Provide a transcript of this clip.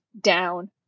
down